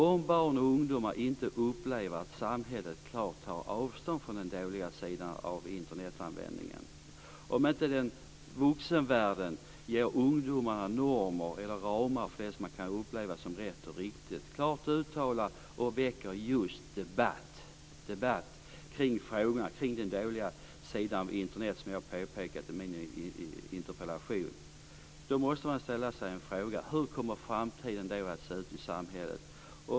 Om barn och ungdomar upplever att samhället inte tar klart avstånd från den dåliga sidan av Internetanvändningen, om vuxenvärlden inte ger ungdomarna normer eller ramar för det som kan upplevas som rätt och riktigt, klart uttalar och väcker debatt kring frågan om den dåliga sidan av Internet, hur kommer framtiden att se ut i samhället?